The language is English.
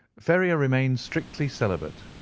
ferrier remained strictly celibate.